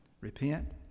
repent